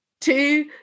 Two